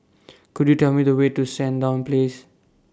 Could YOU Tell Me The Way to Sandown Place